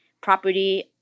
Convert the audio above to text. property